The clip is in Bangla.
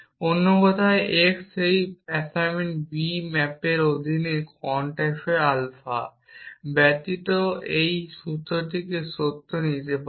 অন্য কথায় x সেই অ্যাসাইনমেন্ট বি ম্যাপের অধীনে কোয়ান্টিফাই আলফা I ব্যতীত এখন সূত্রটিকে সত্যে নিতে পারে